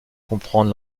comprendre